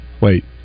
Wait